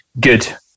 good